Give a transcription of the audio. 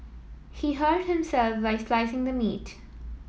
he hurt himself while slicing the meat